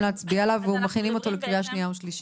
להצביע עליו ומכינים לקריאה שנייה ושלישית.